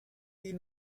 die